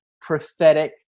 prophetic